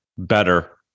Better